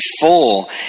full